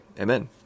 Amen